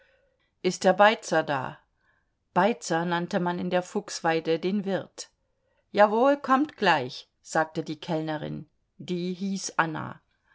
ist der beizer da beizer nannte man in der fuchsweide den wirt jawohl kommt gleich sagte die kellnerin die hieß anna